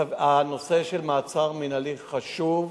הנושא של מעצר מינהלי הוא חשוב,